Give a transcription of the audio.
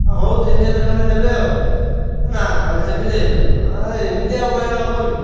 ହଉ ତିନିହଜାର ଖଣ୍ଡେ ନେବେ ଆଉ ନା ନା ଭାଇ ସେମିତି ହୋଇପାରିବନି ଏମିତି ଆଉ କହିଲେ ହବ କି